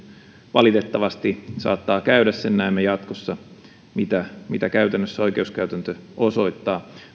valitettavasti saattaa käydä sen näemme jatkossa mitä mitä käytännössä oikeuskäytäntö osoittaa